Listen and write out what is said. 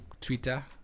twitter